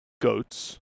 goats